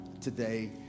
today